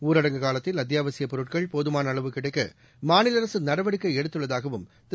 ஊரடங்கு காலத்தில் அத்தியாவசியப் பொருட்கள் போதுமான அளவு கிடைக்க மாநில அரசு நடவடிக்கை எடுத்துள்ளதாகவும் திரு